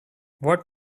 what